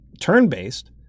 turn-based